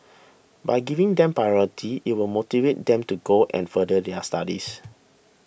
by giving them priority it will motivate them to go and further their studies